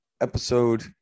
Episode